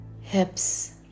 hips